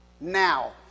Now